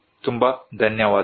ತುಂಬ ಧನ್ಯವಾದಗಳು